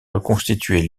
reconstituer